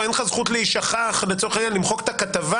אין לך זכות להישכח לצורך העניין למחוק את הכתבה